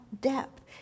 depth